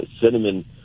cinnamon